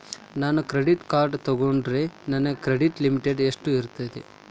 ನಾನು credit card ತೊಗೊಂಡ್ರ ನನ್ನ ಕ್ರೆಡಿಟ್ ಲಿಮಿಟ್ ಎಷ್ಟ ಇರ್ತದ್ರಿ?